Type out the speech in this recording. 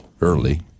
early